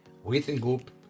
Within-group